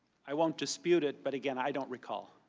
i won't dispute it but again, i don't recall.